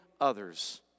others